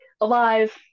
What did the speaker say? alive